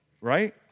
right